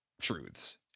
truths